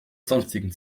sonstigen